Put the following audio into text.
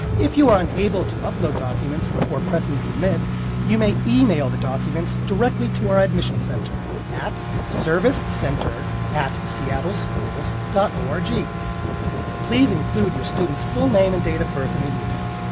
if you are unable to upload documents before pressing submit you may email the documents directly to our admissions center at service center seattle schools dot org. please include your student's full name and date of birth in the email.